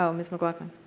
um ms. mclaughlin.